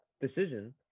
decision